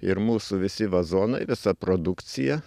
ir mūsų visi vazonai visa produkcija